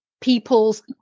people's